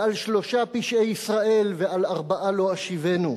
ועל שלשה פשעי ישראל ועל ארבעה לא אשיבנו".